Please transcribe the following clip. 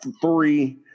three